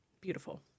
Beautiful